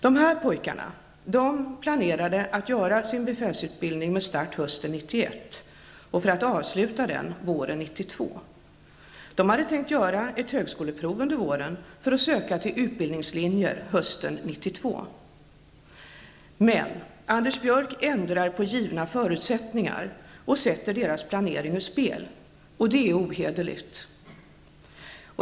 Dessa pojkar planerade att göra sin befälsutbildning med start hösten 1991 för att avsluta den våren 1992. De hade tänkt göra ett högskoleprov under våren för att kunna söka till utbildningslinjer hösten 1992. Men Anders Björck ändrar på givna förutsättningar och sätter deras planering ur spel. Det är ohederligt.